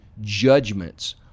judgments